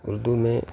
اردو میں